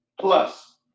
plus